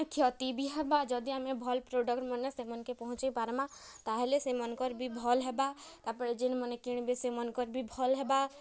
କ୍ଷତି ବି ହେବା ଯଦି ଆମେ ଭଲ୍ ପ୍ରଡ଼କ୍ଟ୍ମାନେ ସେମାନ୍କେ ପହଞ୍ଚେଇ ପାର୍ମା ତାହେଲେ ସେମାନ୍କର୍ ବି ଭଲ୍ ହେବା ତାପରେ ଯେନ୍ମାନେ କିଣ୍ବେ ସେମନକର୍ ବି ଭଲ୍ ହେବା